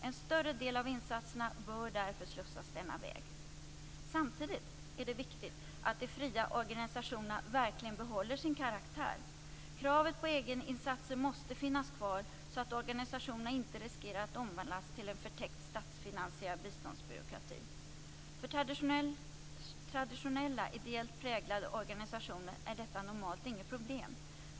En större del av insatserna bör därför slussas denna väg. Samtidigt är det viktigt att de fria organisationerna verkligen behåller sin karaktär. Kravet på egeninsatser måste finnas kvar, så att organisationerna inte riskerar att omvandlas till en förtäckt statsfinansierad biståndsbyråkrati. För traditionella ideellt präglade organisationer är detta normalt inget problem.